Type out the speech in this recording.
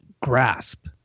grasp